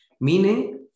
meaning